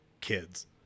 kids